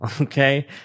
Okay